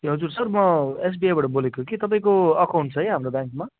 ए हजुर सर म एसबिआईबाट बोलेको कि तपाईँको एकाउन्ट चाहिँ छ है हाम्रो ब्याङ्कमा